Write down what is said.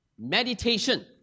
meditation